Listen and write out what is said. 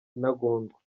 intagondwa